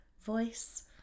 voice